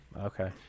Okay